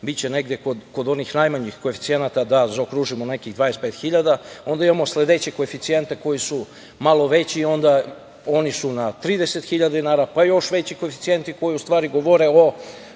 biće negde kod onih najmanjih koeficijenata da zaokružimo nekih 25.000. Onda imamo sledeće koeficijente koji su malo veći i oni su na 30.000 dinara, pa još veći koeficijenti koji u stvari govore i